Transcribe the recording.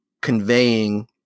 conveying